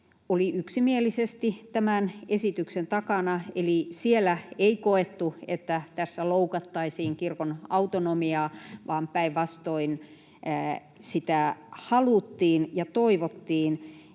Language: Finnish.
oli yksimielisesti tämän esityksen takana, eli siellä ei koettu, että tässä loukattaisiin kirkon autonomiaa, vaan päinvastoin haluttiin ja toivottiin,